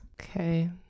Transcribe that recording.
okay